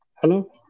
Hello